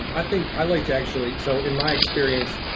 i think, i like to actually, so in my experience,